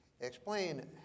explain